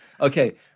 okay